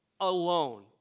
alone